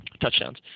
touchdowns